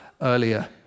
earlier